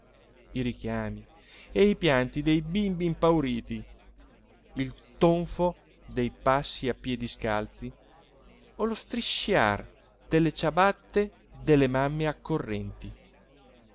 i richiami e i pianti dei bimbi impauriti il tonfo dei passi a piedi scalzi o lo strisciar delle ciabatte delle mamme accorrenti